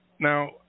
Now